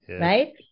right